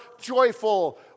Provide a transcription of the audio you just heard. joyful